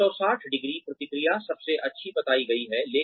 360 ° प्रतिक्रिया सबसे अच्छी बताई गई है